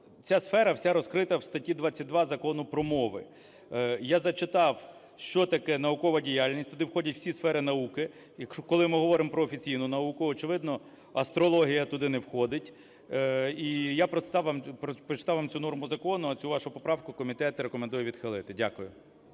Ця сфера вся розкрита в статті 22 Закону про мову. Я зачитав, що таке наукова діяльність, туди входять всі сфери науки. І коли ми говоримо про офіційну науку. Очевидно, астрологія туди не входить. І я прочитав вам цю норму закону. А цю вашу поправку комітет рекомендує відхилити. Дякую.